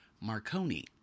Marconi